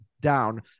down